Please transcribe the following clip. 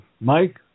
Mike